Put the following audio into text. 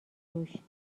روش